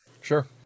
Sure